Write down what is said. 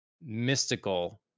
mystical